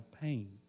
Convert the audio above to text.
Pain